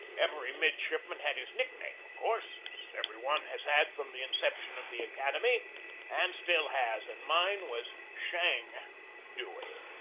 every mid shipman had his nickname, of course, as every one has had from the inception of the academy and still has, and mine was shang dewey.